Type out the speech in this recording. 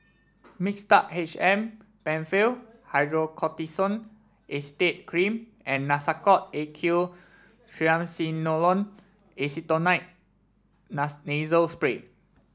Mixtard H M Penfill Hydrocortisone Acetate Cream and Nasacort A Q Triamcinolone Acetonide Nasal Spray